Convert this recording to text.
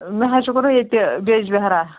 مےٚ حظ چھُ کوٚرمُت ییٚتہِ بیجبہرا